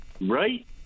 Right